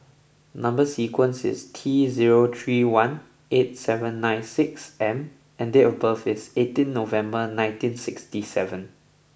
number sequence is T zero three one eight seven nine six M and date of birth is eighteen November nineteen sixty seven